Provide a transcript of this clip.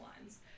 lines